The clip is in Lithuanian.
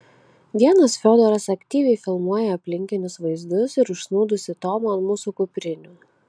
vienas fiodoras aktyviai filmuoja aplinkinius vaizdus ir užsnūdusį tomą ant mūsų kuprinių